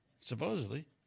supposedly